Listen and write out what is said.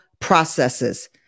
processes